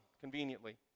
conveniently